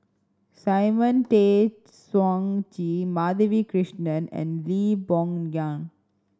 Simon Tay Seong Chee Madhavi Krishnan and Lee Boon Ngan